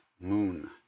Moon